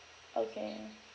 okay